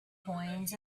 coins